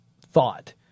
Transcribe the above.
thought